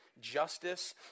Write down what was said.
justice